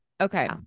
Okay